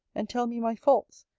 and tell me my faults,